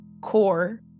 core